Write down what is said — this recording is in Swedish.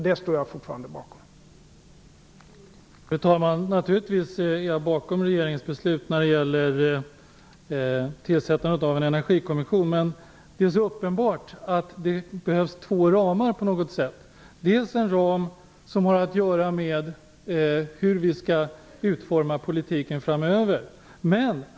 Jag står fortfarande bakom det beslutet.